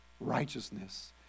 righteousness